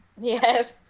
Yes